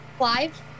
live